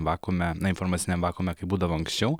vakuume na informaciniam vakuume kaip būdavo anksčiau